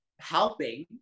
helping